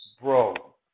Bro